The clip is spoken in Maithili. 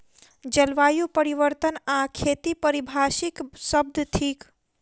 जलवायु परिवर्तन आ खेती पारिभाषिक शब्द थिक